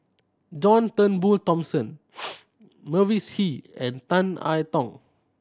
John Turnbull Thomson Mavis Hee and Tan I Tong